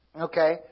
okay